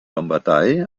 lombardei